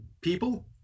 people